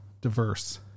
diverse